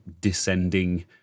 descending